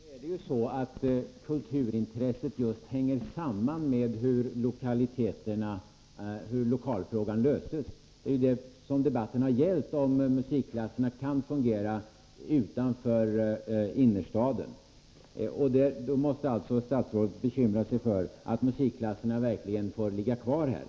Herr talman! Nu är det ju så att kulturintresset hänger samman med just hur lokalfrågan löses. Debatten har ju gällt just om musikklasserna kan fungera utanför innerstaden. Då måste statsrådet alltså bekymra sig för att musikklasserna verkligen får vara kvar här.